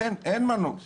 לכן אין מנוס